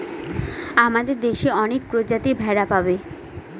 আমাদের দেশে অনেক প্রজাতির ভেড়া পাবে